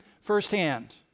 firsthand